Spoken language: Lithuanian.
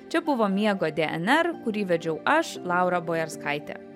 čia buvo miego dnr kurį vedžiau aš laura boerskaitė